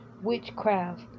witchcraft